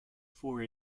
for